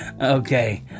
Okay